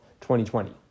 2020